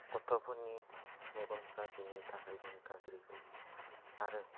गथ'फोरनि मेगनफोरा बेनि थाखायनो गाज्रि जायो आरो